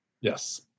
yes